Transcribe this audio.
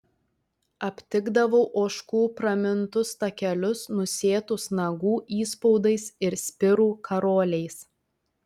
aptikdavau ožkų pramintus takelius nusėtus nagų įspaudais ir spirų karoliais